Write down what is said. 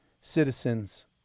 citizens